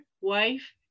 wife